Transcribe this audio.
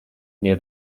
near